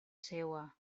seua